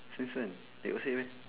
since when they got say meh